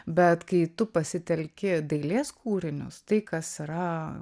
bet kai tu pasitelki dailės kūrinius tai kas yra